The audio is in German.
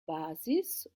basis